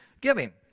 giving